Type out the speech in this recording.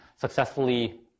successfully